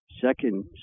second